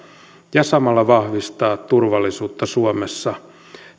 ja samalla vahvistaa turvallisuutta suomessa